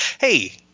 Hey